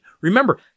Remember